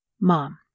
Mom